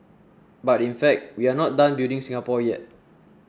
but in fact we are not done building Singapore yet